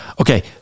okay